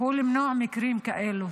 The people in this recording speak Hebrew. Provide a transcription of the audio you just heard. הוא למנוע מקרים כאלה,